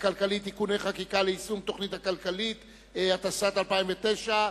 הכלכלית (תיקוני חקיקה ליישום התוכנית הכלכלית לשנים 2009 ו-2010),